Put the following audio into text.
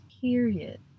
period